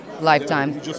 lifetime